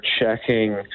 checking